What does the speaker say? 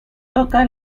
toca